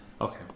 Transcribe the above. Okay